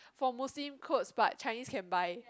for Muslim clothes but Chinese can buy